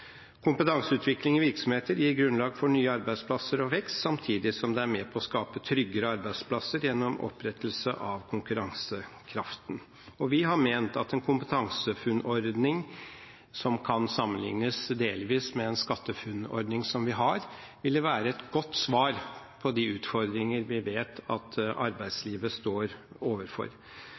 Kompetanseutvikling i virksomheter gir grunnlag for nye arbeidsplasser og vekst samtidig som det er med på å skape tryggere arbeidsplasser gjennom opprettholdelse av konkurransekraften. Vi har ment at en KompetanseFUNN-ordning, som kan sammenlignes delvis med en SkatteFUNN-ordning, som vi har, ville være et godt svar på de utfordringer vi vet at arbeidslivet står overfor.